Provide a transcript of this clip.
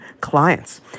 clients